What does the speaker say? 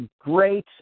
great